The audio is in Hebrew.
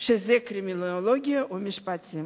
שזה קרימינולוגיה או משפטים.